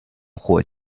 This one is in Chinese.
火箭